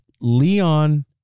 leon